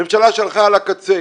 ממשלה שהלכה על הקצה,